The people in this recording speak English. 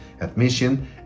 admission